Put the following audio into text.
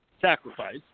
sacrifice